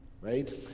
Right